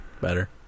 Better